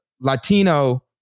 Latino